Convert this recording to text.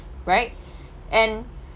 right and